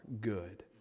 good